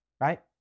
Right